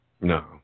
No